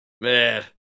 Man